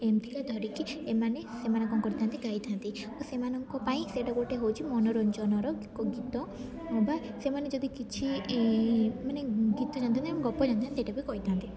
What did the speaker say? ଏମିତିକା ଧରିକି ଏମାନେ ସେମାନେ କ'ଣ କରିଥାନ୍ତି ଗାଇଥାନ୍ତି ଓ ସେମାନଙ୍କ ପାଇଁ ସେଇଟା ଗୋଟେ ହଉଛି ମନୋରଞ୍ଜନର ଗୀତ ବା ସେମାନେ ଯଦି କିଛି ମାନେ ଗୀତ ଜାଣିଥାନ୍ତି ଏବଂ ଗପ ଜାଣିଥାନ୍ତି ସେଇଟା ବି କହିଥାନ୍ତି